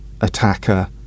attacker